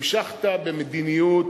המשכת במדיניות,